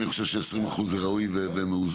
אני חושבת ש-20% זה ראוי ומאוזן.